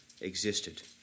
existed